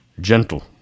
Gentle